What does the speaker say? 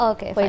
Okay